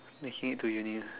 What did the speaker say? making it to uni